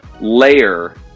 layer